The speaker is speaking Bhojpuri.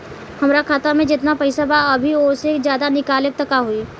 हमरा खाता मे जेतना पईसा बा अभीओसे ज्यादा निकालेम त का होई?